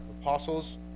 apostles